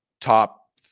top